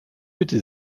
bitte